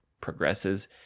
progresses